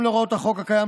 בהתאם להוראות החוק הקיים,